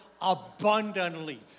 abundantly